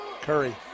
Curry